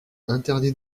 interdit